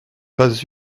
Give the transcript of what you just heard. pas